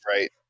Right